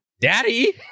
daddy